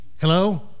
Hello